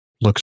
looks